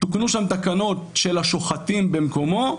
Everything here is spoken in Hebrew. תוקנו שם תקנות של השוחטים במקומו,